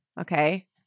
okay